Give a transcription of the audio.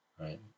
right